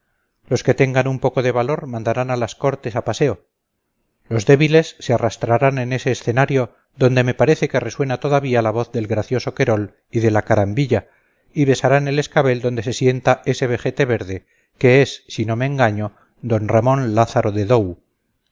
los que tengan un poco de valor mandarán a las cortes a paseo los débiles se arrastrarán en ese escenario donde me parece que resuena todavía la voz del gracioso querol y de la carambilla y besarán el escabel donde se sienta ese vejete verde que es si no me engaño don ramón lázaro de dou